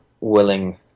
willing